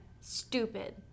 Stupid